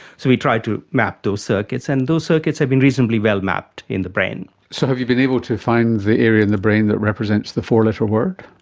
so we try to map those circuits, and those circuits have been reasonably well mapped in the brain. so have you been able to find the area in the brain that represents the four-letter word?